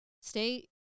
Stay